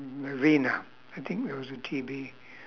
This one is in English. novena I think there was a T_B